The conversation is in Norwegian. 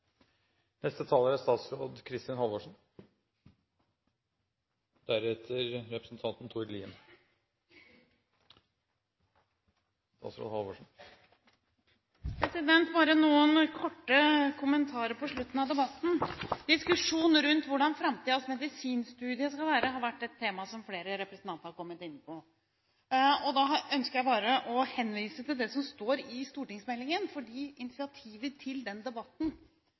Bare noen korte kommentarer på slutten av debatten. Diskusjon rundt hvordan framtidens medisinstudium skal være, har vært et tema som flere representanter har kommet inn på. Da ønsker jeg å henvise til det som står i stortingsmeldingen, fordi initiativet til den debatten